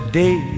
day